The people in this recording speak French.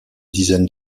dizaines